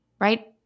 right